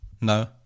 No